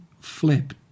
flip